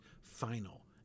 final